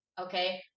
Okay